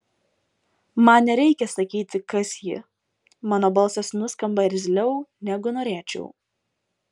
man nereikia sakyti kas ji mano balsas nuskamba irzliau negu norėčiau